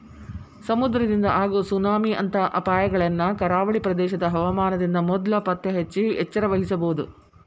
ಸಮುದ್ರದಿಂದ ಆಗೋ ಸುನಾಮಿ ಅಂತ ಅಪಾಯಗಳನ್ನ ಕರಾವಳಿ ಪ್ರದೇಶದ ಹವಾಮಾನದಿಂದ ಮೊದ್ಲ ಪತ್ತೆಹಚ್ಚಿ ಎಚ್ಚರವಹಿಸಬೊದು